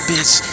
Bitch